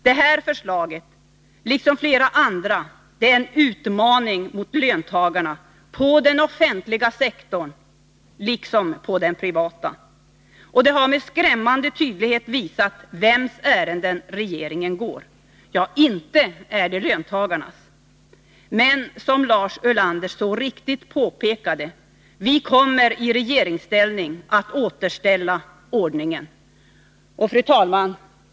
Det här förslaget, liksom flera andra, är en utmaning mot löntagarna på den offentliga sektorn liksom på den privata och har med skrämmande tydlighet visat vems ärenden regeringen går. Ja, inte är det löntagarnas. Men, som Lars Ulander så riktigt påpekade, i regeringsställning kommer vi att återställa ordningen. Fru talman!